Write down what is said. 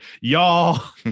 Y'all